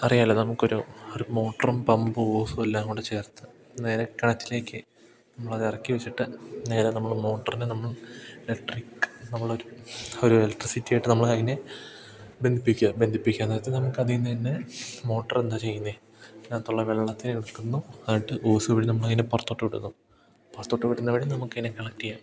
അറിയാമല്ലോ നമുക്ക് ഒരു ഒരു മോട്ടറും പമ്പും ഓസും എല്ലാം കൂടി ചേർത്ത് നേരെ കിണറ്റിലേക്ക് നമ്മൾ അത് ഇറക്കി വെച്ചിട്ട് നേരെ നമ്മൾ മോട്ടറിനെ നമ്മൾ ഇലക്ട്രിക്ക് നമ്മൾ ഒരു ഒരു ഇലക്ട്രിസിറ്റി ആയിട്ട് നമ്മൾ അതിനെ ബന്ധിപ്പിക്കുക ബന്ധിപ്പിക്കുക എന്ന് നമുക്ക് അതീന്ന് തന്നെ മോട്ടർ എന്താ ചെയ്യുന്നത് അതിനകത്ത് ഉള്ള വെള്ളത്തിനെ എടുക്കുന്നു എന്നിട്ട് ഓസ് വഴി നമ്മൾ അതിനെ പുറത്തേക്ക് വിടുന്നു പുറത്തോട്ട് വിടുന്ന വഴി നമുക്ക് അതിനെ കളക്ട് ചെയാം